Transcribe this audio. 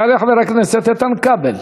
יעלה חבר הכנסת איתן כבל,